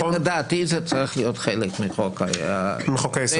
לדעתי זה צריך להיות חלק מחוק --- מחוק היסוד.